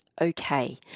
okay